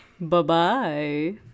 Bye-bye